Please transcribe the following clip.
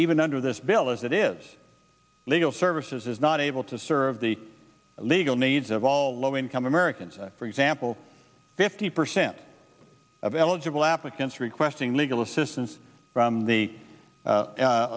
even under this bill as it is legal services is not able to serve the legal needs of all low income americans for example fifty percent of eligible applicants requesting legal assistance